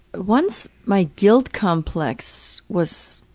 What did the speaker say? once my guilt complex was,